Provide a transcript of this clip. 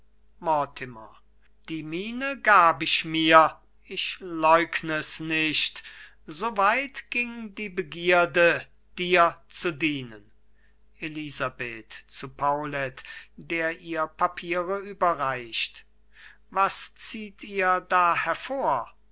die miene gab ich mir ich leugn es nicht so weit ging die begierde dir zu dienen elisabeth zu paulet der ihr papiere überreicht was zieht ihr da hervor